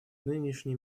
нынешняя